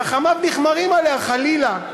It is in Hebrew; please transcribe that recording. ורחמיו נכמרים עליה, חלילה.